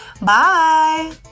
Bye